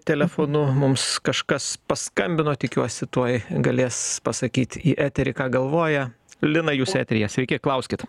telefonu mums kažkas paskambino tikiuosi tuoj galės pasakyt į eterį ką galvoja lina jūs eteryje sveiki klauskit